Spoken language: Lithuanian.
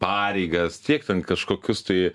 pareigas tiek ten kažkokius tai